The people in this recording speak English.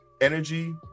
energy